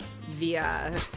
via